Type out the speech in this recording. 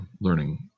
learning